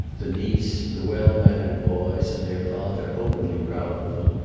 the niece, the well-mannered boys and their father openly proud of them,